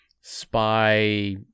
spy